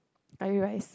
curry rice